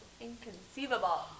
inconceivable